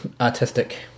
artistic